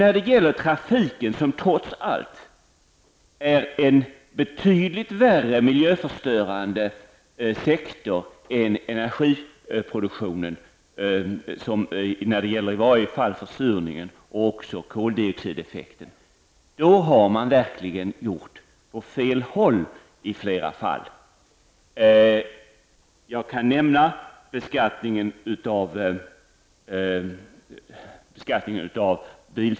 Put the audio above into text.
När det gäller trafiken som trots allt utgör en betydligt mera miljöförstörande sektor än energiproduktionen -- åtminstone beträffande försurningen och koldioxideffekten -- har man verkligen gått åt fel håll i flera fall. Jag kan ta beskattningen av bilförmåner som ett exempel.